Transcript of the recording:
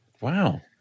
Wow